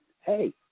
hey